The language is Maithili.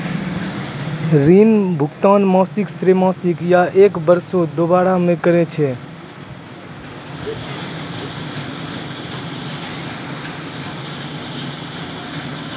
ऋण भुगतान मासिक, त्रैमासिक, या एक बरसो, दु बरसो मे करै छै